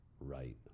right